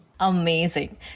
Amazing